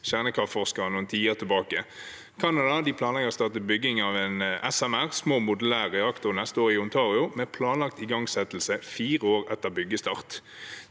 kjernekraftforskere, noen tiår tilbake. Canada planlegger å starte bygging av en SMR – små modulære reaktorer – neste år i Ontario, med planlagt igangsettelse fire år etter byggestart.